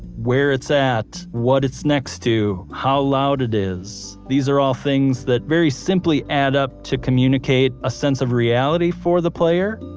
where it's at, what it's next to, how loud it is, these are all things that very simply add up to communicate a sense of reality for the player